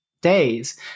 days